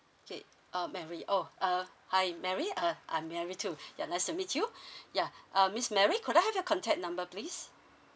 okay um Mary oh uh hi Mary uh I'm Mary too ya nice to meet you ya err miss Mary could I have your contact number please